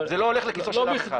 זה לא הולך לכיס של אף אחד.